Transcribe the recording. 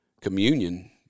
Communion